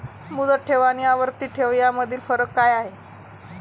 मुदत ठेव आणि आवर्ती ठेव यामधील फरक काय आहे?